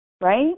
right